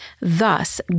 Thus